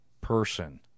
person